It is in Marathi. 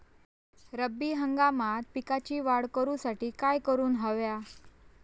रब्बी हंगामात पिकांची वाढ करूसाठी काय करून हव्या?